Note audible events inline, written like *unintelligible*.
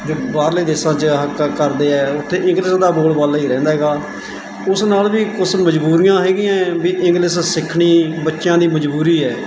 ਬਾਹਰਲੇ ਦੇਸ਼ਾਂ 'ਚ *unintelligible* ਕਰਦੇ ਆ ਉੱਥੇ ਇੰਗਲਿਸ਼ ਦਾ ਬੋਲ ਬਾਲਾ ਹੀ ਰਹਿੰਦਾ ਹੈਗਾ ਉਸ ਨਾਲ ਵੀ ਉਸ ਮਜਬੂਰੀਆਂ ਹੈਗੀਆ ਵੀ ਇੰਗਲਿਸ਼ ਸਿੱਖਣੀ ਬੱਚਿਆਂ ਦੀ ਮਜ਼ਬੂਰੀ ਹੈ